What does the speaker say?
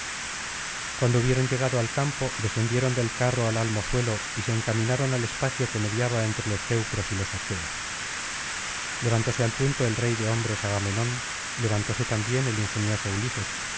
cuando hubieron llegado af campo descendieron del carro al almo suelo y se encaminaron al espacio que mediaba entre los teucros y los aqueos levantóse al punto el rey de hombres agamenón levantóse también el ingenioso ulises